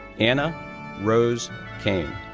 ana rose kane,